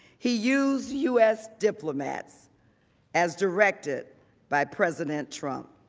he used u s. diplomats as directed by president trump.